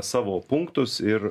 savo punktus ir